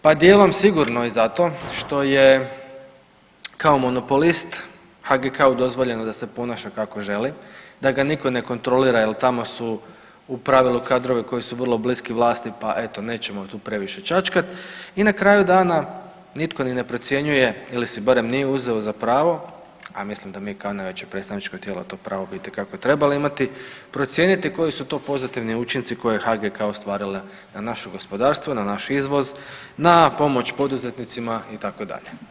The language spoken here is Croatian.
Pa dijelom sigurno i zato što je kao monopolist HGK-u dozvoljeno da se ponaša kako želi, da ga niko ne kontrolira jer tamo su u pravilu kadrovi koji su vrlo bliski vlasti pa eto nećemo tu previše čačkat i na kraju dana nitko ni ne procjenjuje ili si barem nije uzeo za pravo, a mislim da mi kao najveće predstavničko tijelo to pravo bi itekako trebali imati, procijeniti koji su to pozitivni učinci koje je HGK ostvarila na naše gospodarstvo, na naš izvoz, na pomoć poduzetnicima itd.